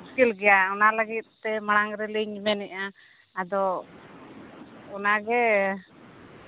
ᱢᱩᱥᱠᱤᱞ ᱜᱮᱭᱟ ᱚᱱᱟ ᱞᱟᱹᱜᱤᱫ ᱛᱮ ᱢᱟᱲᱟᱝ ᱨᱮᱞᱤᱧ ᱢᱮᱱᱮᱫᱼᱟ ᱟᱫᱚ ᱚᱱᱟᱜᱮ